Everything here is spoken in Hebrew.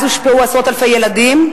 ואז הושפעו עשרות-אלפי ילדים.